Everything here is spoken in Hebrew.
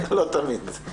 לא תמיד.